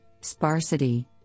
sparsity